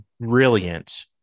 brilliant